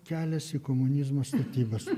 kelias į komunizmo statybas